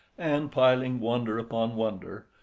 and piling wonder upon wonder,